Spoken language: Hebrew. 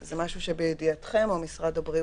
זה משהו שבידיעתכם או בידי במשרד הבריאות?